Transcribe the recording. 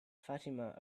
fatima